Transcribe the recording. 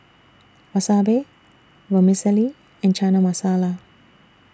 Wasabi Vermicelli and Chana Masala